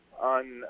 on